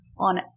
on